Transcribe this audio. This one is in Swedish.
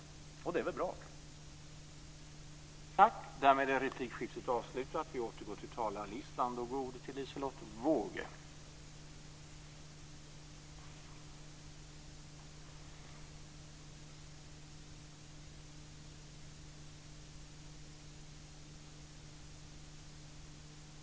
Det är väl bra.